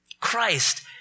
Christ